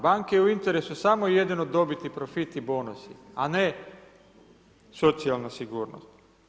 Banki je u interesu samo i jedino dobit i profit i bonusi, a ne socijalne sigurnost.